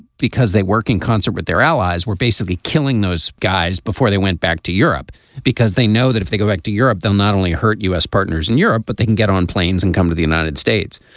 because they work in concert with their allies were basically killing those guys before they went back to europe because they know that if they go back to europe they'll not only hurt u s. partners in europe but they can get on planes and come to the united states.